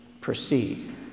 proceed